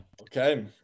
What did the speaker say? Okay